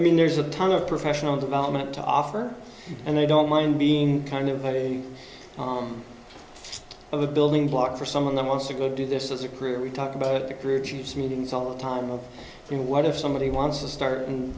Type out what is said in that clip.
i mean there's a ton of professional development to offer and they don't mind being kind of a of a building block for someone that wants to go do this as a career we talk about the career chiefs meetings all the time of you know what if somebody wants to start and